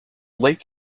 lake